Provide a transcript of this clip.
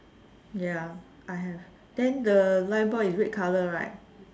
ya I have then the light bulb is red colour right